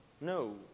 No